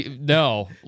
no